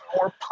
more